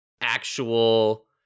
actual